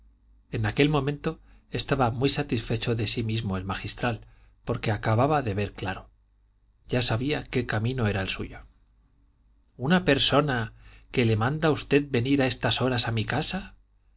en aquel momento estaba muy satisfecho de sí mismo el magistral porque acababa de ver claro ya sabía qué camino era el suyo una persona que le manda a usted venir a estas horas a mi casa